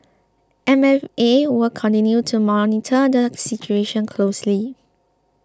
M F A will continue to monitor the situation closely